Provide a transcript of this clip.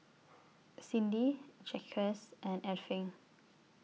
Cyndi Jaquez and Irving